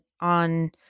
on